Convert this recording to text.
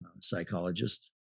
psychologist